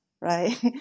right